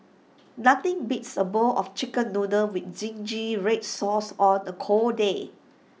nothing beats A bowl of Chicken Noodles with Zingy Red Sauce on A cold day